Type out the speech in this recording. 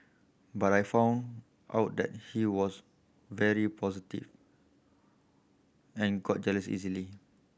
but I found out that he was very positive and got jealous easily